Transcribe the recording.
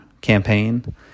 campaign